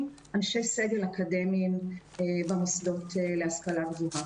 אנשי סגל אקדמיים במוסדות להשכלה גבוהה.